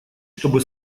чтобы